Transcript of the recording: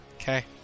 Okay